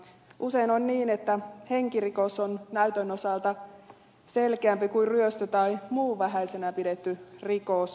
usein on niin että henkirikos on näytön osalta selkeämpi kuin ryöstö tai muu vähäisenä pidetty rikos